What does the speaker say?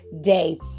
day